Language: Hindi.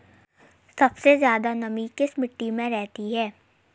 सबसे ज्यादा नमी किस मिट्टी में रहती है?